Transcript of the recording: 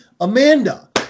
Amanda